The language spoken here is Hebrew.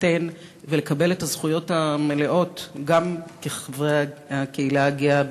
להתחתן ולקבל את הזכויות המלאות גם כחברי הקהילה הגאה,